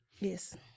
Yes